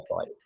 fight